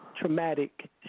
traumatic